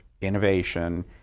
innovation